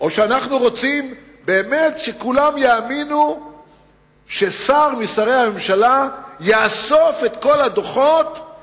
או שאנחנו באמת רוצים שכולם יאמינו ששר משרי הממשלה יאסוף את כל הדוחות,